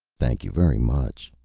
thank you very much,